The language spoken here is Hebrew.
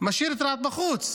משאיר את רהט בחוץ.